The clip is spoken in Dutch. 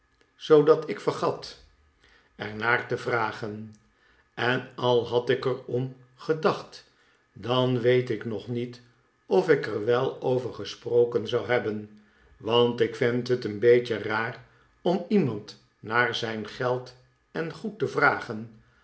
zoodat ik vergat er naar te vragen en al had ik er om gedacht dan weet ik nog niet of ik er wel over gesproken zou hebben want ik vind het een beetje raar om iemand naar zijn geld en goed te vragen